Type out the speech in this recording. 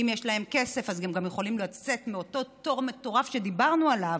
אם יש להם כסף אז הם גם יכולים לצאת מאותו תור מטורף שדיברנו עליו.